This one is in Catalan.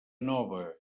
nova